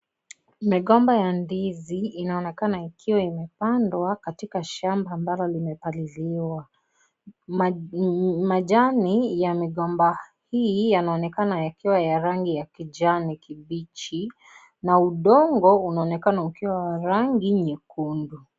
Migomba ya ndizi inaonekana ikiwa imepandwa katika shamba ambalo lime paliliwa, mann majani, ya migomba, hii yanaonekana yakiwa ya rangi ya kijani kibichi, na udongo unaonekana ukiwa wa rangi nyekundu.